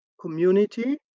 community